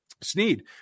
Sneed